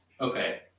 Okay